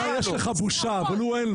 אתה יש לך בושה, והוא אין לו.